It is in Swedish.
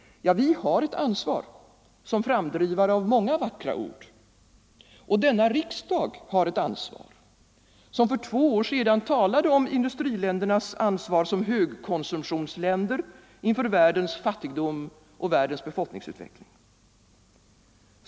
Ja, vi har ett ansvar som framdrivare av många vackra ord. Denna riksdag har ett ansvar, som för två år sedan talade om industriländernas ansvar som högkonsumtionsländer inför världens fattigdom och befolkningsutveckling.